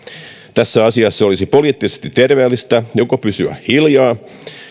tässä asiassa olisi poliittisesti terveellistä joko pysyä hiljaa